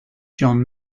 john